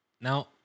Now